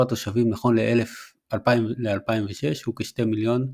התושבים נכון ל-2006 הוא כ-2 מיליון נפשות.